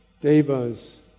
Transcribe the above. devas